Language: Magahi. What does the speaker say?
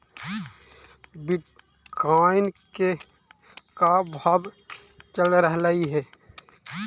बिटकॉइंन के का भाव चल रहलई हे?